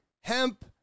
hemp